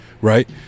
right